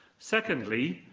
secondly,